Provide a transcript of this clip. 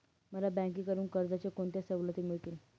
मला बँकेकडून कर्जाच्या कोणत्या सवलती मिळतील?